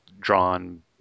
drawn